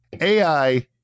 AI